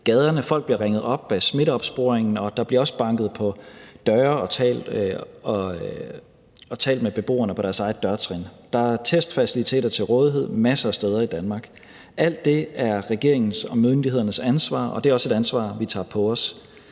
gaderne, folk bliver ringet op i forbindelse med smitteopsporingen, der bliver også banket på døre og talt med beboerne på deres eget dørtrin, og der er testfaciliteter til rådighed masser af steder i Danmark. Alt det er regeringens og myndighedernes ansvar, og det er også et ansvar, vi tager på os.